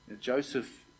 Joseph